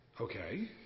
Okay